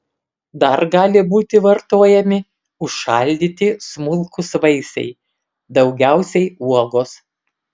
dar gali būti vartojami užšaldyti smulkūs vaisiai daugiausiai uogos